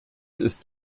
ist